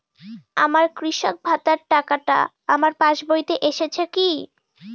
আমার কৃষক ভাতার টাকাটা আমার পাসবইতে এসেছে কি?